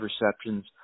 receptions